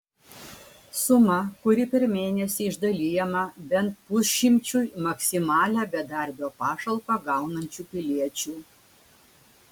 suma kuri per mėnesį išdalijama bent pusšimčiui maksimalią bedarbio pašalpą gaunančių piliečių